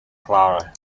clara